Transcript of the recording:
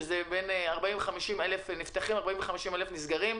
כשבין 40,000 ל-50,000 נפתחים ו-40,000 50,000 נסגרים.